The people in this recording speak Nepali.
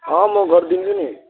अँ म गरिदिन्छु नि